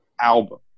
album